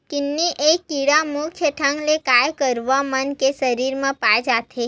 किन्नी ए कीरा मुख्य ढंग ले गाय गरुवा मन के सरीर म पाय जाथे